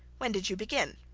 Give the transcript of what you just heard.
when did you begin